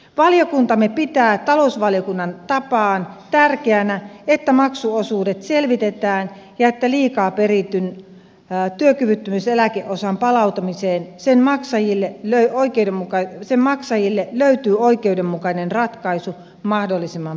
valiokuntamme pitää talousvaliokunnan tapaan tärkeänä että maksuosuudet selvitetään ja että liikaa perityn työkyvyttömyyseläkeosan palauttamiseen sen maksajille ja oikeiden mukaan sen maksajille löytyy oikeudenmukainen ratkaisu mahdollisimman pian